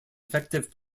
effective